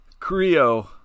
creo